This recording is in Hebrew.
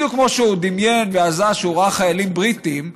בדיוק כמו שהוא דמיין והזה שראה חיילים בריטים,